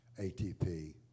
ATP